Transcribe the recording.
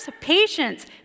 Patience